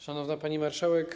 Szanowna Pani Marszałek!